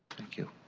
thank you.